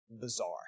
bizarre